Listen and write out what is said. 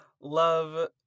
love